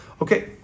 Okay